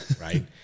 Right